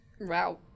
Wow